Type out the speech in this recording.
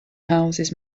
houses